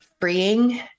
freeing